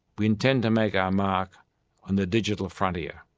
we intend to make our mark on the digital frontier.